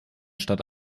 statt